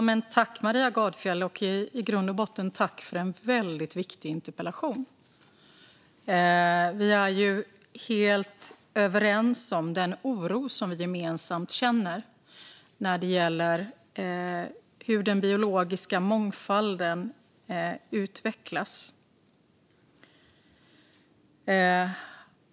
Fru talman! Tack, Maria Gardfjell, för en i grund och botten väldigt viktig interpellation! Vi är helt överens om den oro som vi gemensamt känner när det gäller hur den biologiska mångfalden utvecklas.